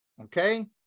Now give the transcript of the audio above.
Okay